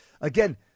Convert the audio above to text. again